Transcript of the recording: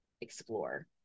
explore